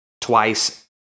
twice